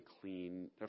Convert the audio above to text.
clean